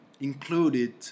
included